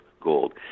gold